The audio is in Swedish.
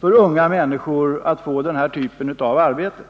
för unga människor att få den här typen av arbete.